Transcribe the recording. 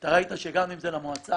אתה ראית שהגענו עם זה למועצה,